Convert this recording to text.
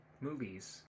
movies